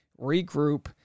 regroup